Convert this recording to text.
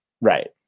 Right